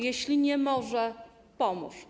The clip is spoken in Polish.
Jeśli nie może - pomóż.